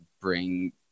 bring